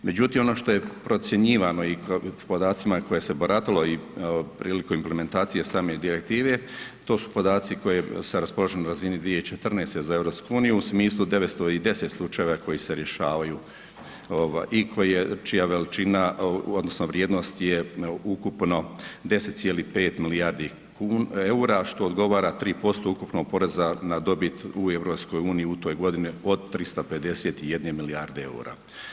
Međutim, ono što je procjenjivano i podacima kojima se baratalo i prilikom implementacije same direktive, to su podaci kojima raspolažemo na razini 2014. za EU u smislu 910 slučajeva koji se rješavaju i koje, čija veličina odnosno vrijednost je ukupno 10,5 milijardi eura, što odgovara 3% ukupno poreza na dobit u EU-i u toj godini od 351 milijarde eura.